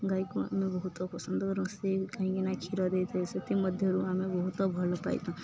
ଗାଈକୁ ଆମେ ବହୁତ ପସନ୍ଦ କରୁ ସେ କାହିଁକିନା କ୍ଷୀର ଦେଇଥାଏ ସେଥିମଧ୍ୟରୁ ଆମେ ବହୁତ ଭଲ ପାଇଥାଉ